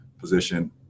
position